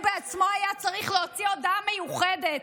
הוא בעצמו היה צריך להוציא הודעה מיוחדת,